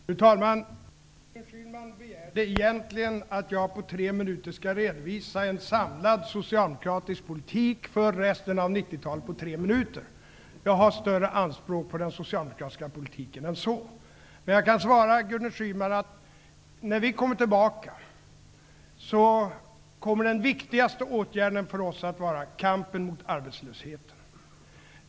Fru talman! Gudrun Schyman begärde egentligen att jag på tre minuter skall redovisa en samlad socialdemokratisk politik för resten av 90-talet. Jag har större anspråk på den socialdemokratiska politiken än så. Men jag kan svara Gudrun Schyman att när vi kommer tillbaka i regeringsställning kommer den viktigaste åtgärden för oss att vara kampen mot arbetslösheten.